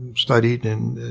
studied and